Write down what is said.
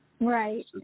Right